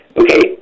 okay